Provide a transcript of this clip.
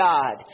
God